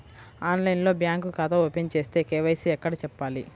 ఆన్లైన్లో బ్యాంకు ఖాతా ఓపెన్ చేస్తే, కే.వై.సి ఎక్కడ చెప్పాలి?